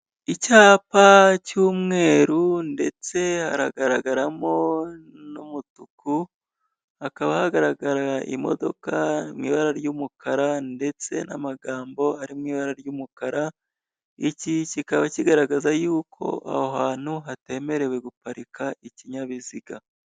Icyapa cy'umweru ndetse haragaragaramo n'umutuku hakaba hagaragara imodoka mw'ibara ry'umukara ndetse n'amagambo ari mw'ibara ry'umukara iki kikaba kigaragaza yuko aho hantu hatemerewe guparika ikinyabiziga.